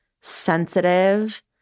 sensitive